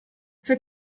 für